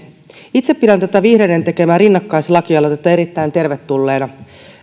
itse pidän tätä vihreiden tekemää rinnakkaislakialoitetta erittäin tervetulleena